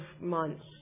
months